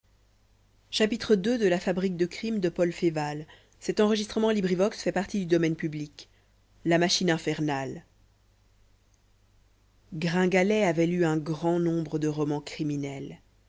la machine infernale gringalet avait lu un grand nombre de romans criminels